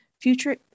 future